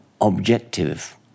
objective